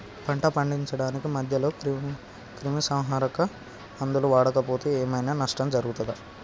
పంట పండించడానికి మధ్యలో క్రిమిసంహరక మందులు వాడకపోతే ఏం ఐనా నష్టం జరుగుతదా?